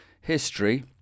History